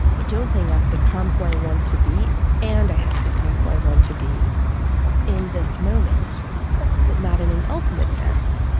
i don't think i've become who i want to be and i have become who i want to be in this moment but not in an ultimate sense.